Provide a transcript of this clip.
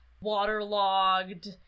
waterlogged